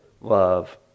love